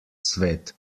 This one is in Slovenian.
svet